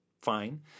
fine